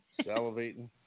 Salivating